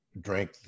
drank